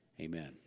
Amen